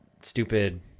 stupid